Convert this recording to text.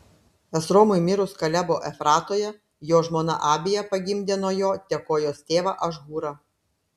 esromui mirus kalebo efratoje jo žmona abija pagimdė nuo jo tekojos tėvą ašhūrą